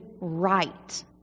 right